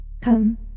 Come